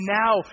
now